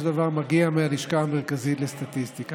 דבר מגיע מהלשכה המרכזית לסטטיסטיקה.